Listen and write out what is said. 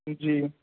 جی